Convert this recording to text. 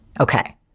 okay